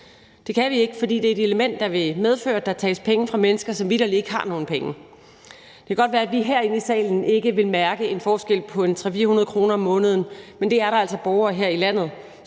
Det kan vi ikke, fordi det er et element, der vil medføre, at der tages penge fra mennesker, som vitterlig ikke har nogen penge. Det kan godt være, at vi herinde i salen ikke vil mærke en forskel på 300-400 kr. om måneden, men det er der altså borgere her i landet